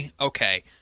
okay